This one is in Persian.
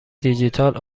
دیجیتال